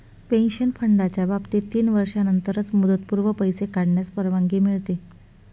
pension फंडाच्या बाबतीत तीन वर्षांनंतरच मुदतपूर्व पैसे काढण्यास परवानगी मिळते